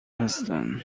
هستند